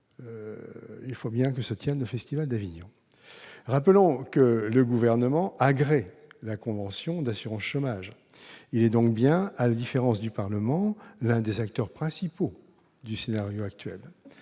il faut bien que se tienne le festival d'Avignon ! Rappelons que le Gouvernement agrée la convention d'assurance chômage. Il est donc bien, à la différence du Parlement, l'un des acteurs principaux du scénario actuel.